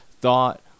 thought